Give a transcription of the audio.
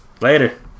later